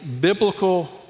biblical